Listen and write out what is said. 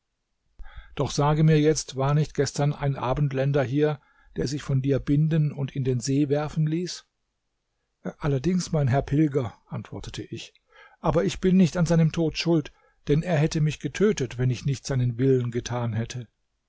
doch sage mir jetzt war nicht gestern ein abendländer hier der sich von dir binden und in den see werfen ließ allerdings mein herr pilger antwortete ich aber ich bin nicht an seinem tod schuld denn er hätte mich getötet wenn ich nicht seinen willen getan hätte